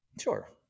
Sure